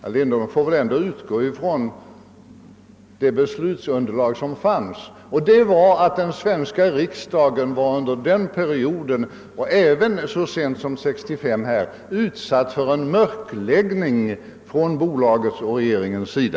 Herr Lindholm får väl ändå utgå ifrån det beslutsunderlag som fanns och som innebar att den svenska riksdagen under hela denna period, och även så sent som 1965, var utsatt för en mörkläggning från bolagets och regeringens sida.